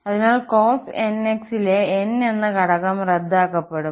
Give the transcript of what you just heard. അതിനാൽ cosnx ലെ n എന്ന ഘടകം റദ്ദാക്കപ്പെടും